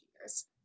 years